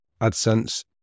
AdSense